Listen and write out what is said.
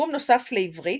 תרגום נוסף לעברית,